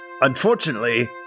Unfortunately